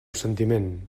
sentiment